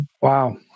Wow